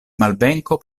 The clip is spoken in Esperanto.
malvenko